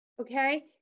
Okay